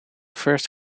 first